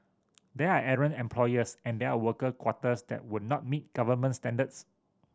there are errant employers and there are worker quarters that would not meet government standards